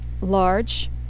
large